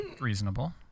reasonable